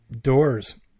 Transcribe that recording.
Doors